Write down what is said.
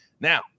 Now